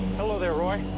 hello there, roy.